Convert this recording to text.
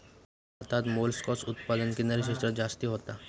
भारतात मोलस्कास उत्पादन किनारी क्षेत्रांत जास्ती होता